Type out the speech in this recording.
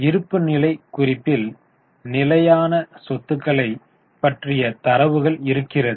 இருப்புநிலைக் குறிப்பில் நிலையான சொத்துக்களை பற்றிய தரவுகள் இருக்கிறது